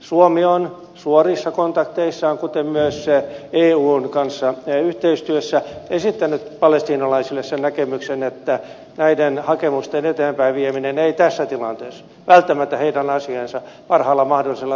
suomi on suorissa kontakteissaan kuten myös eun kanssa yhteistyössä esittänyt palestiinalaisille sen näkemyksen että näiden hakemusten eteenpäinvieminen ei tässä tilanteessa välttämättä heidän asiaansa parhaalla mahdollisella tavalla tue